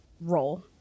role